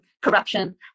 corruption